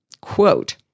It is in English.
Quote